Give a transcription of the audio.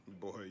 Boy